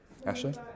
Ashley